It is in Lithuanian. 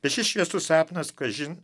bet šis šviesus sapnas kažin